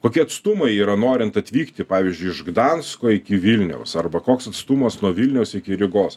kokie atstumai yra norint atvykti pavyzdžiui iš gdansko iki vilniaus arba koks atstumas nuo vilniaus iki rygos